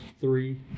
three